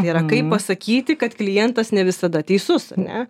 yra kaip pasakyti kad klientas ne visada teisus ar ne